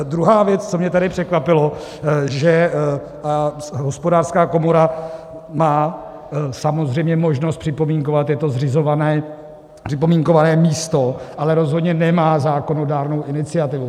Druhá věc, co mě tady překvapilo, že Hospodářská komora má samozřejmě možnost připomínkovat, je to zřizované připomínkové místo, ale rozhodně nemá zákonodárnou iniciativu.